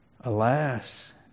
Alas